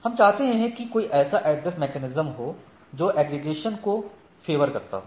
हम चाहते हैं कि कोई ऐसा ऐड्रेस मेकैनिज्म हो जो एग्रीगेशन को फेवर करता हो